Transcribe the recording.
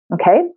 Okay